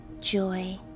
joy